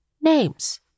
Names